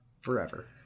Forever